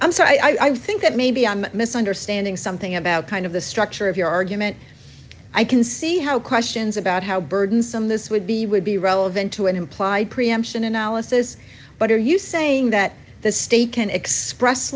so i think that maybe i'm misunderstanding something about kind of the structure of your argument i can see how questions about how burdensome this would be would be relevant to an implied preemption analysis but are you saying that the state can express